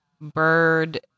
bird